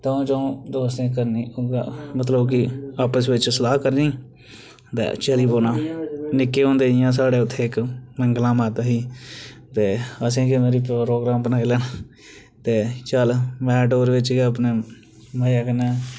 दऊं चऊं दोस्तें मतलब की आपस च सलाह करनी ते चली पौना निक्के होंदे साढ़े उत्थै निक्के मंगला माता ही ते असें केईं बारी प्रोग्राम बनाना ते चली पौना ते चल मैटाडोर बिच गै अपने मजे करने